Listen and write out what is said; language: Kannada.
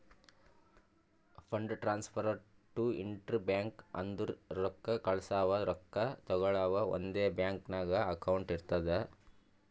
fund transfer to intra bank ಅಂದುರ್ ರೊಕ್ಕಾ ಕಳ್ಸವಾ ರೊಕ್ಕಾ ತಗೊಳವ್ ಒಂದೇ ಬ್ಯಾಂಕ್ ನಾಗ್ ಅಕೌಂಟ್ ಇರ್ತುದ್